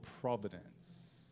providence